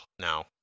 Now